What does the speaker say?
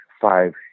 five